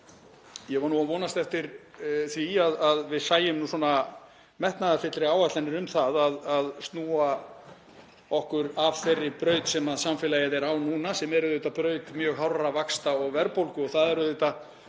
ég var að vonast eftir því að við sæjum metnaðarfyllri áætlanir um það að snúa af þeirri braut sem samfélagið er á núna, sem er braut mjög hárra vaxta og verðbólgu og það er